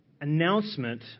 announcement